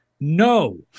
No